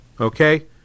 Okay